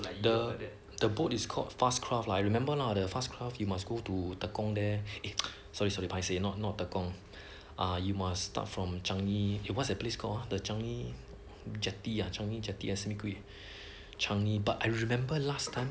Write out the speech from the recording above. the the the boat is called fast craft I remember lah the fast craft you must go to tekong there eh sorry sorry paiseh not not tekong ah you must start from changi it whats that place called the changi jetty ah changi jetty simi gui changi but I remember last time